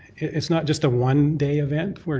it's not just a one-day event.